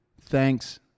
Thanks